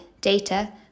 data